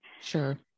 Sure